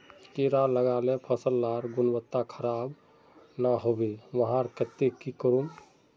कीड़ा लगाले फसल डार गुणवत्ता खराब ना होबे वहार केते की करूम?